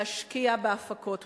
להשקיע בהפקות מקור.